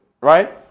Right